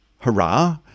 Hurrah